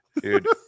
Dude